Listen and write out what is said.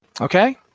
Okay